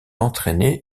entraînés